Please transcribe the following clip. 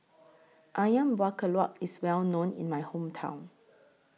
Ayam Buah Keluak IS Well known in My Hometown